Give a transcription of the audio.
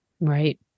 right